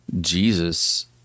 Jesus